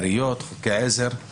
העיריות חוקי העזר.